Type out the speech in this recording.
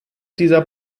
dieser